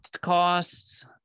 costs